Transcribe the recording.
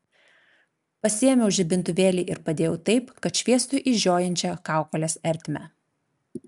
pasiėmiau žibintuvėlį ir padėjau taip kad šviestų į žiojinčią kaukolės ertmę